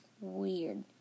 weird